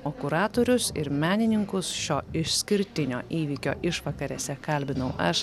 o kuratorius ir menininkus šio išskirtinio įvykio išvakarėse kalbinau aš